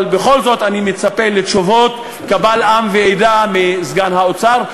אבל בכל זאת אני מצפה לתשובות קבל עם ועדה מסגן שר האוצר,